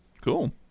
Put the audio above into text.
Cool